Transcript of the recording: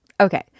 Okay